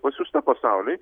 pasiųsta pasauliui